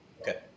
Okay